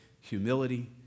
humility